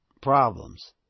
problems